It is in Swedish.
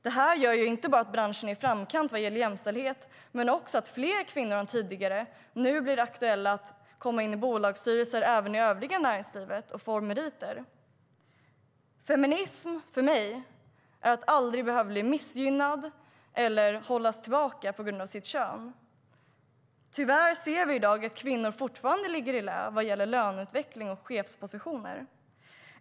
Det gör inte bara att branschen är i framkant vad gäller jämställdhet utan också att fler kvinnor än tidigare nu blir aktuella för att komma in i bolagsstyrelser även i övriga näringslivet och få meriter. Feminism är för mig att aldrig behöva bli missgynnad eller hållas tillbaka på grund av sitt kön. Tyvärr ser vi i dag att kvinnor fortfarande ligger i lä vad gäller löneutveckling och chefspositioner.